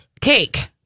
cake